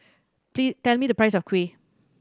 tell me the price of kuih